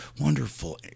wonderful